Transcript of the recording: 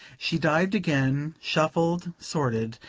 she dived again, shuffled, sorted,